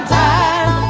time